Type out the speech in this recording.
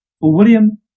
William